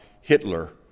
Hitler